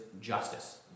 justice